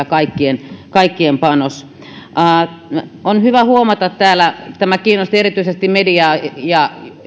kaikkien panos on ollut merkittävää on hyvä huomata täällä tämä kiinnosti erityisesti mediaa ja